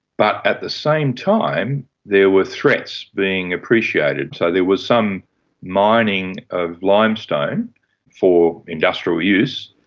but at the same time there were threats being appreciated. so there were some mining of limestone for industrial use,